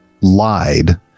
lied